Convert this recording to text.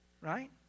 right